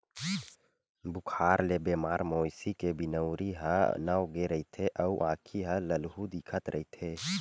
बुखार ले बेमार मवेशी के बिनउरी ह नव गे रहिथे अउ आँखी ह ललहूँ दिखत रहिथे